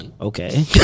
Okay